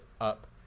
up